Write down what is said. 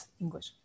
English